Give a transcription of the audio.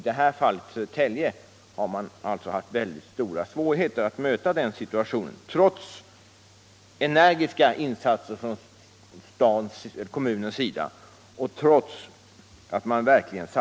1 Södertälje har man haft mycket stora svårigheter att möta den här situationen trots energiska insatser från kommunens sida.